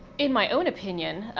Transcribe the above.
in my own opinion,